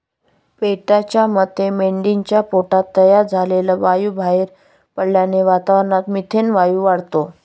पेटाच्या मते मेंढीच्या पोटात तयार झालेला वायू बाहेर पडल्याने वातावरणात मिथेन वायू वाढतो